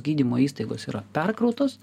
gydymo įstaigos yra perkrautos